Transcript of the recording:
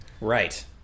right